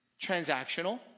transactional